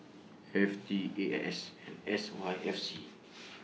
F T A X S and S Y F C